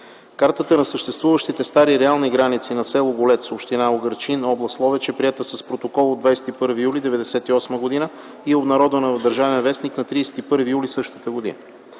Картата на съществуващите стари реални граници на с. Голец, община Угърчин, област Ловеч, е приета с протокол от 21 юли 1998 г. и е обнародвана в “Държавен вестник” на 31 юли същата година.